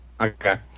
Okay